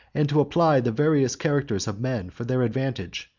and to apply the various characters of men for their advantage,